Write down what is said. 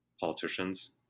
politicians